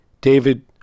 David